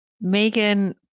Megan